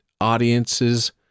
audiences